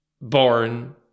born